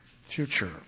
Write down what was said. future